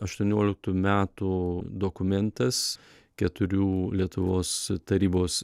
aštuonioliktų metų dokumentas keturių lietuvos tarybos